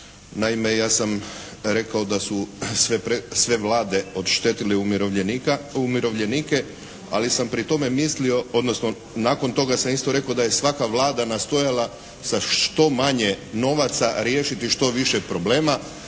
Naime, ja sam rekao da su sve Vlade oštetile umirovljenike, ali sam pri tome mislio, odnosno nakon toga sam isto rekao da je svaka Vlada nastojala sa što manje novaca riješiti što više problema